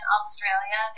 Australia